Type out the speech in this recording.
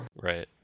Right